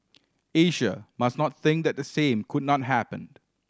Asia must not think that the same could not happened